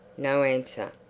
no answer.